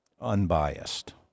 unbiased